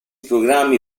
programmi